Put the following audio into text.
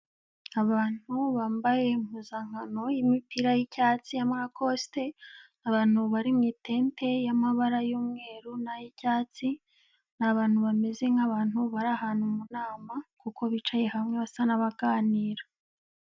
Abantu bambaye impuzankano y'imipira y'icyatsi, y'amarakosite, abantu bari mu itente y'amabara y'umweru n'ay'icyatsi, ni abantu bameze nk'abantu bari ahantu mu nama kuko bicaye hamwe basa n'abaganira.